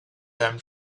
them